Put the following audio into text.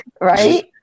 Right